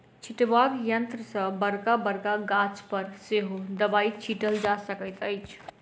छिटबाक यंत्र सॅ बड़का बड़का गाछ पर सेहो दबाई छिटल जा सकैत अछि